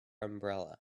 umbrella